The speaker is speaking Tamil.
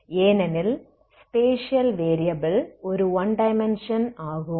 ஏனெனில் ஸ்பேஷியல் வேரியபில் ஒரு ஒன் டைமென்ஷன் ஆகும்